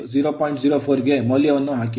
04 ಗೆ ಮೌಲ್ಯವನ್ನು ಹಾಕಿ